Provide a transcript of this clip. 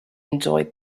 enjoyed